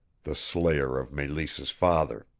the slayer of meleese's father.